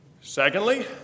Secondly